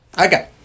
Okay